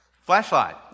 Flashlight